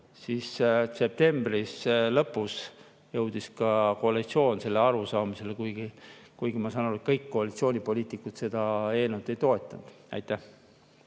ja septembri lõpus jõudis ka koalitsioon sellele arusaamisele. Ma küll saan aru, et kõik koalitsioonipoliitikud seda eelnõu ei toetanud.